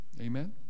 Amen